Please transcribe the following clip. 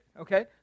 Okay